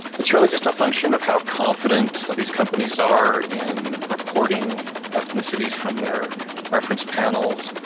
it's really just a function of how confident these companies are in reporting ethnicities from their reference panels,